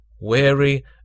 weary